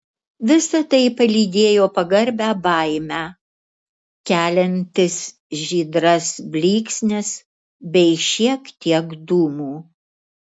visa tai palydėjo pagarbią baimę keliantis žydras blyksnis bei šiek tiek dūmų